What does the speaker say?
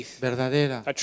verdadera